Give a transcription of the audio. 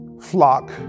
flock